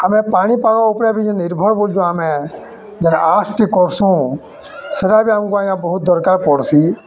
ଆମେ ପାଣିପାଗ ଉପ୍ରେ ବି ଯେନ୍ ନିର୍ଭର୍ କରୁଚୁ ଆମେ ଯେନ୍ ଆସଟି କର୍ସୁଁ ସେଟା ବି ଆମ୍କୁ ଆଜ୍ଞା ବହୁତ୍ ଦର୍କାର୍ ପଡ଼୍ସି